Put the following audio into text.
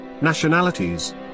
nationalities